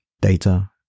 data